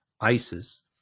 Isis